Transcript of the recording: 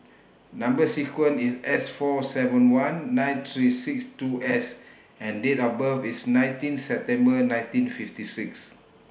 Number sequence IS S four seven one nine three six two S and Date of birth IS nineteen September nineteen fifty six